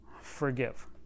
forgive